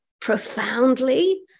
profoundly